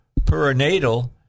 perinatal